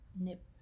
nip